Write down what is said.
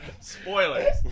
Spoilers